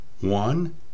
One